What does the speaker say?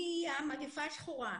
מהגיפה השחורה,